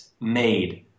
made